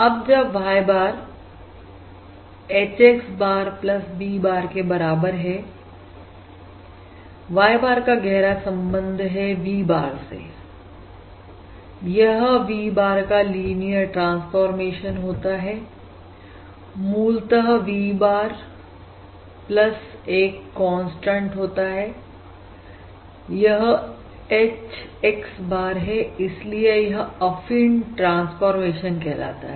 अब जब Y bar H X bar V bar के बराबर है Y bar का गहरा संबंध है V bar से यह V bar का लिनियर ट्रांसफॉरमेशन होता है मूलतः V bar एक कांस्टेंट होता है यह H X bar है इसलिए यह अफीन ट्रांसफॉर्मेशन कहलाता है